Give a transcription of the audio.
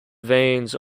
veins